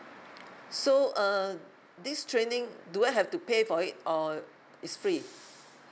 so uh this training do I have to pay for it or it's free